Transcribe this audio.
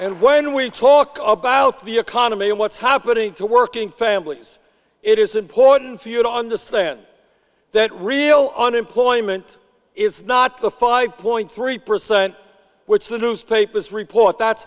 only when we talk about the economy and what's happening to working families it is important for you to understand that real unemployment is not the five point three percent which the newspapers report that